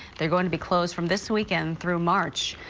they're going to be closed from this weekend through march.